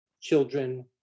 children